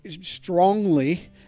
strongly